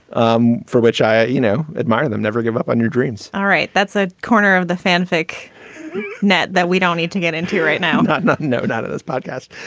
um for which i you know admire them. never give up on your dreams all right. that's a corner of the fanfic net that we don't need to get into right now not not no. not at this podcast,